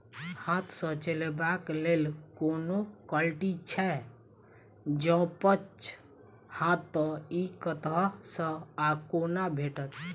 हाथ सऽ चलेबाक लेल कोनों कल्टी छै, जौंपच हाँ तऽ, इ कतह सऽ आ कोना भेटत?